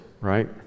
Right